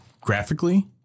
graphically